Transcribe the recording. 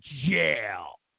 jail